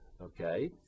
okay